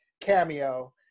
cameo